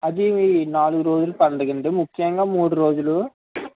అది నాలుగు రోజుల పండుగ అండి ముఖ్యంగా మూడు రోజులు